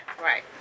Right